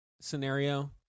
scenario